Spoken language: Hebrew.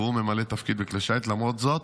והוא ממלא תפקיד בכלי שיט למרות זאת,